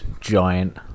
giant